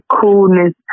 coolness